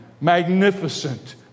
magnificent